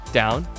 down